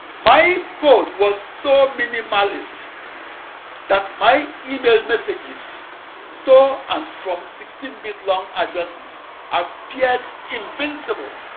my code was so minimalist that my email messages to and from sixteen-bit long addresses appeared invisible.